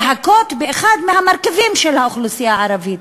להכות באחד מהמרכיבים של האוכלוסייה הערבית.